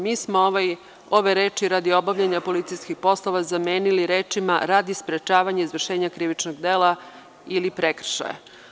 Mi smo ove reči: „radi obavljanja policijskih poslova“ zamenili rečima: „radi sprečavanja izvršenja krivičnog dela ili prekršaja“